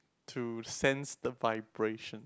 to sense the vibration